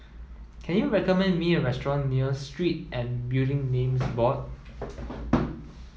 can you recommend me a restaurant near Street and Building Names Board